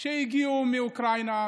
שהגיעו מאוקראינה,